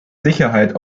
sicherheit